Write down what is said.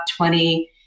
20